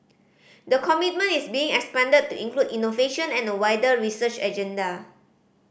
the commitment is being expanded to include innovation and a wider research agenda